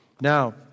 Now